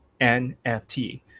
NFT